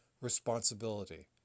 responsibility